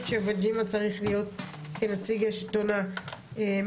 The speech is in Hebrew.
שווג'ימה צריך להיות נציג של השלטון המקומי.